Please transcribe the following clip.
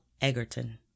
Egerton